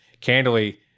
candidly